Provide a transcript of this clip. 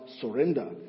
surrender